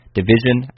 division